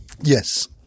Yes